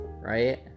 right